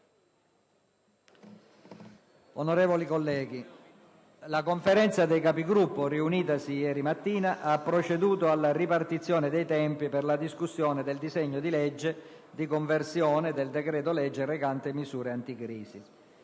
Onorevoli colleghi, la Conferenza dei Capigruppo, riunitasi ieri mattina, ha proceduto alla ripartizione dei tempi per la discussione del disegno di legge di conversione del decreto-legge recante misure anticrisi.